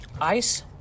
Ice